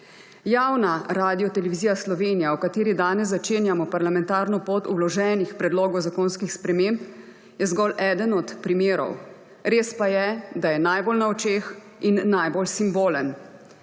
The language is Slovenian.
Javna Radiotelevizija Slovenija, o kateri danes začenjamo parlamentarno pot vloženih predlogov zakonskih sprememb, je zgolj eden od primerov, res pa je, da je najbolj na očeh in najbolj simbolen.